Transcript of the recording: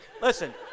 Listen